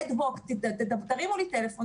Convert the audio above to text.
אד הוק תרימו לי טלפון,